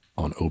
On